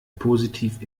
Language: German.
positiv